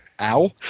Ow